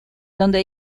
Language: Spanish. donde